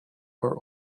are